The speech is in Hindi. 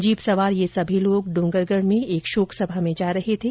जीप सवार ये सभी लोग ड्ंगरगढ़ में एक शोक सभा में जा रहे थे